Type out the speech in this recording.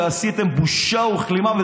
שעשיתם בושה וכלימה.